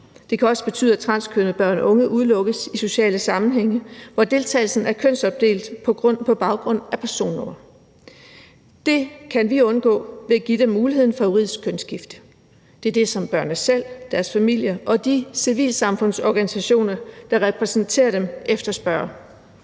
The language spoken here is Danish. Det kan også betyde, at transkønnede børn og unge udelukkes i sociale sammenhænge, hvor deltagelsen er kønsopdelt på baggrund af personnummer. Det kan vi undgå ved at give dem muligheden for juridisk kønsskifte. Det er det, som børnene selv, deres familier og de civilsamfundsorganisationer, der repræsenterer dem, efterspørger.